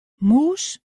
mûs